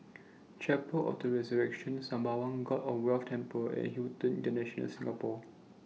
Chapel of The Resurrection Sembawang God of Wealth Temple and Hilton International Singapore